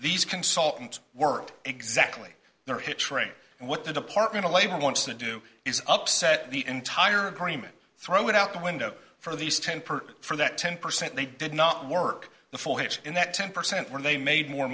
these consultants world exactly their hit train and what the department of labor wants to do is upset the entire agreement throw it out the window for these ten per for that ten percent they did not work for him in that ten percent where they made more